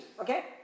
Okay